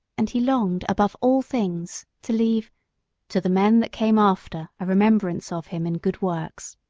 and he longed, above all things, to leave to the men that came after a remembrance of him in good works.